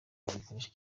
bayikoresha